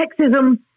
sexism